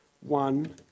one